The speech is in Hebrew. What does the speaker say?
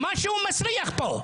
משהו מסריח פה.